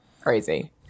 crazy